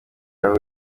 aho